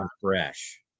fresh